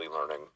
learning